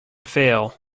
fail